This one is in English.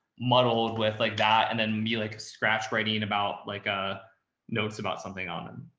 muddled with like that. and then me like, scratch, writing about like, ah notes about something on them.